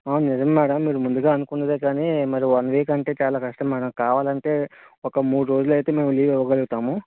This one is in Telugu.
నిజం మేడం మీరు ముందుగా అనుకున్నదే కాని మరి వన్ వీక్ అంటే చాలా కష్టం మేడం కావాలంటే ఒక మూడు రోజులైతే మేము లీవ్ ఇవ్వగలుగుతాము